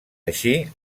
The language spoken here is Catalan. així